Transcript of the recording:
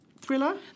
thriller